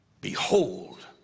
behold